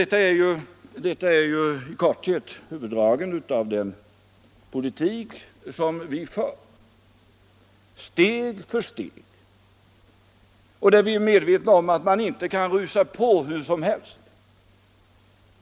Detta är i korthet huvuddragen i den politik som vi för, steg för steg, och där vi är medvetna om att man inte kan rusa på hur som helst.